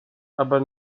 aber